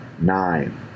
nine